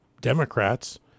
Democrats